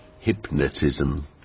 hypnotism